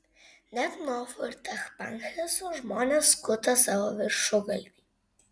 net nofo ir tachpanheso žmonės skuta savo viršugalvį